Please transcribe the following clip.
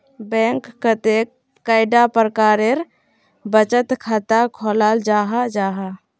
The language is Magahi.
बैंक कतेक कैडा प्रकारेर बचत खाता खोलाल जाहा जाहा?